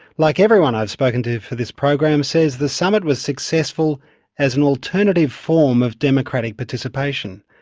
like everyone i've spoken to for this program, says the summit was successful as an alternative form of democratic participation,